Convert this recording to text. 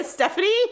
Stephanie